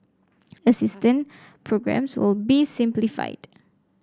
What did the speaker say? assistance programmes will be simplified